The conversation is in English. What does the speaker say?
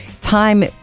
Time